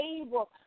able